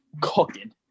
cooking